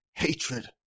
Hatred